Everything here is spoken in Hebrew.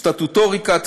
סטטוטוריקה,